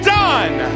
done